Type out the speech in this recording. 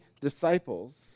disciples